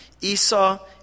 Esau